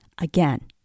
Again